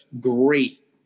great